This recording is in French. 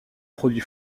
produit